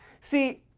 see,